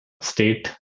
state